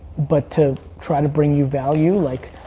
but to try to bring new value, like,